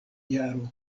jaro